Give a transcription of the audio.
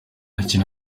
akina